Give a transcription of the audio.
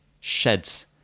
sheds